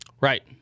Right